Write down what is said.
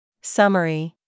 Summary